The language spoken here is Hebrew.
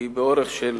שהיא באורך של